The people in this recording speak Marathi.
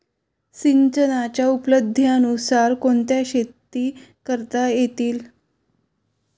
सिंचनाच्या उपलब्धतेनुसार कोणत्या शेती करता येतील?